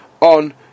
On